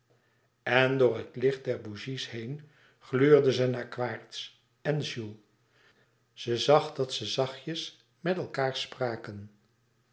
en door het licht der bougies heen gluurde ze naar quaerts en jules ze zag dat ze zachtjes met elkaâr spraken